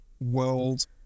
world